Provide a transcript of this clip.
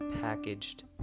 packaged